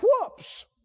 whoops